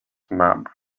mab